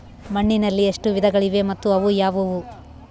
ಮಣ್ಣಿನಲ್ಲಿ ಎಷ್ಟು ವಿಧಗಳಿವೆ ಮತ್ತು ಅವು ಯಾವುವು?